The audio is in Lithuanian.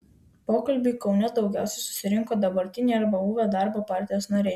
pokalbiui kaune daugiausiai susirinko dabartiniai arba buvę darbo partijos nariai